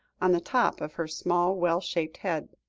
on the top of her small, well-shaped head.